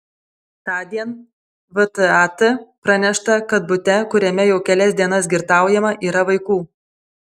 tądien vtat pranešta kad bute kuriame jau kelias dienas girtaujama yra vaikų